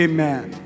Amen